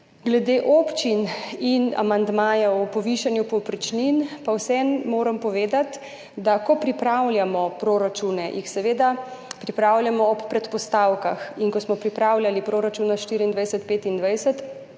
Glede občin in amandmajev o povišanju povprečnin, pa vseeno moram povedati, da ko pripravljamo proračune, jih seveda pripravljamo ob predpostavkah in ko smo pripravljali proračuna 2024,